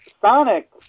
Sonic